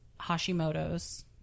Hashimoto's